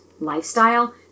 Lifestyle